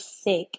sick